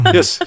Yes